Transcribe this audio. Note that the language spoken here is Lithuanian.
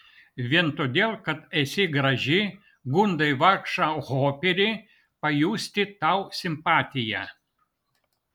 vien todėl kad esi graži gundai vargšą hoperį pajusti tau simpatiją